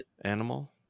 animal